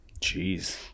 Jeez